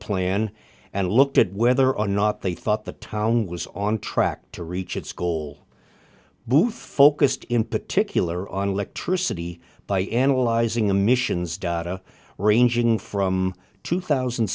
plan and looked at whether or not they thought the town was on track to reach its goal bu focused in particular on electricity by analyzing emissions data ranging from two thousand